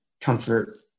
comfort